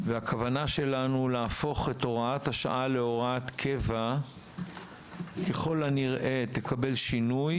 והכוונה שלנו להפוך את הוראת השעה להוראת קבע ככל הנראה תקבל שינוי,